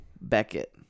Beckett